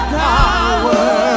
power